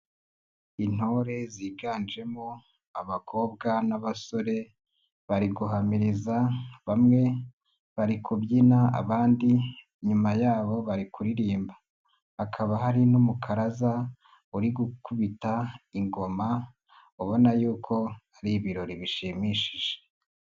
Intore ziganjemo abakobwa n'abasore bari guhamiriza bamwe bari kubyina abandi inyuma yabo bari kuririmba hakaba hari n'umukaraza uri gukubita ingoma ubona yuko hari ibirori bishimishije.